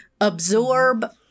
absorb